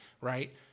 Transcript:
right